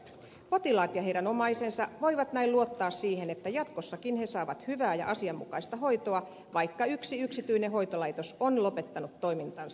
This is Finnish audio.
potilaat ja heidän omaisensa voivat näin luottaa siihen että jatkossakin he saavat hyvää ja asianmukaista hoitoa vaikka yksi yksityinen hoitolaitos on lopettanut toimintansa